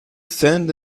sand